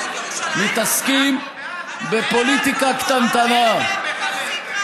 אנחנו מפריעים לו להרחיב את ההכרה באחדות ירושלים?